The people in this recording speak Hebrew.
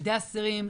ילדי אסירים,